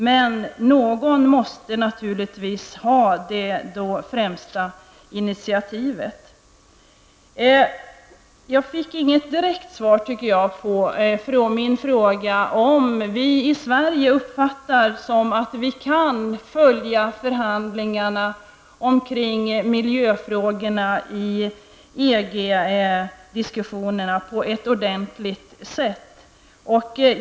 Men någon måste naturligtvis ta det främsta initiativet. Jag tycker inte att jag fick något direkt svar på min fråga huruvida Sverige uppfattar sig kunna följa förhandlingarna på ett ordentligt sätt om miljöfrågorna i EG-diskussionerna. Jag vill påminna Birgitta Dahl om miljöfrågorna i EG diskussionerna.